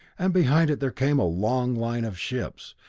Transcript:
and behind it there came a long line of ships,